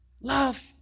Love